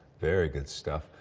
very good stuff.